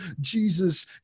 Jesus